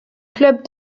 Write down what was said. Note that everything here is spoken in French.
club